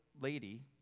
lady